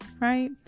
right